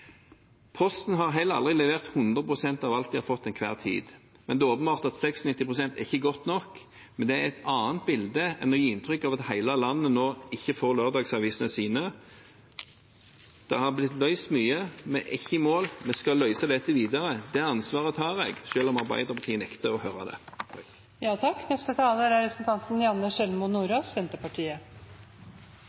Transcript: Posten har heller aldri levert 100 pst. av alt de har fått til enhver tid. Det er åpenbart at 96 pst. er ikke godt nok, men det er et annet bilde enn å gi inntrykk av at hele landet nå ikke får lørdagsavisene sine. Mye har blitt løst. Vi er ikke i mål. Vi skal løse dette videre. Det ansvaret tar jeg, selv om Arbeiderpartiet nekter å høre det.